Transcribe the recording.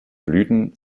blüten